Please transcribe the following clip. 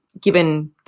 given